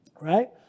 right